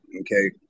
Okay